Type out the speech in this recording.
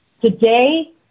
Today